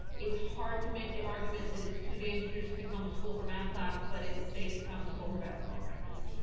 it's hard to make the argument that it's too dangerous to come to school for math class but it's safe to come to school for basketball practice.